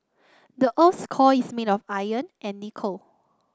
the earth's core is made of iron and nickel